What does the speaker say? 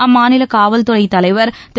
அம்மாநில காவல்துறை தலைவர் திரு